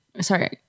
Sorry